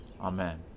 Amen